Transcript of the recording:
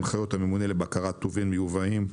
הנחיות הממונה לבקרת טובין מיובאים,